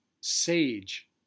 sage